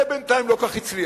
זה בינתיים לא כל כך הצליח.